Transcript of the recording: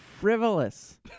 frivolous